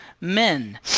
men